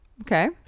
Okay